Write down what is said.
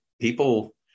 people